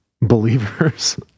believers